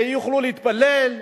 שיוכלו להתפלל,